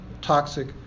toxic